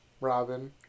Robin